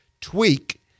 tweak